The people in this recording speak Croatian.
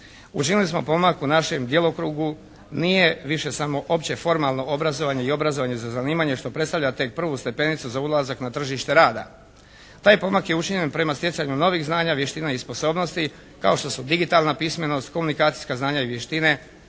Učinili smo pomak u našem djelokrugu, nije više samo opće formalno obrazovanje i obrazovanje za zanimanje što predstavlja tek prvu stepenicu za ulazak na tržište rada. Taj pomak je učinjen prema stjecanju novih znanja, vještina i sposobnosti kao što su digitalna pismenost, komunikacijska znanja i vještine,